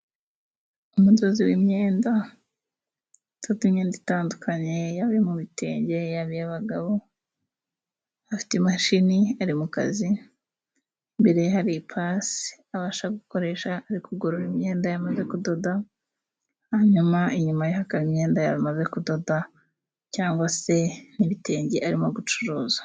Umudozi w'imyenda udoda imyenda itandukanye yaba iyo mu bitenge, yaba iy'abagabo, afite imashini ari mu kazi, imbere ye hari ipasi abasha gukoresha ari kugorora imyenda yamaze kudoda, hanyuma inyuma ye hakaba imyenda yamaze kudoda, cyangwa se n'ibitenge arimo gucuruza.